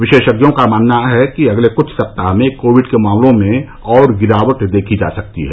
विशेषज्ञों का मानना है कि अगले कुछ सप्ताह में कोविड के मामलों में और गिरावट देखी जा सकती है